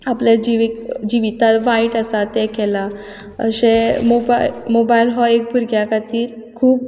आपलें जिवी जिवितान वायट आसा तें केलां अशें मोबायल मोबायल हो एक भुरग्या खातीर खूब